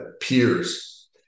peers